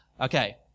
Okay